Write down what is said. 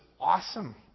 awesome